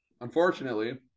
Unfortunately